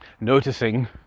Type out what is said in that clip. noticing